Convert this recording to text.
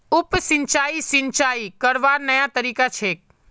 उप सिंचाई, सिंचाई करवार नया तरीका छेक